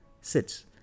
sits